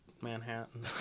Manhattan